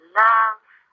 love